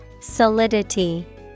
Solidity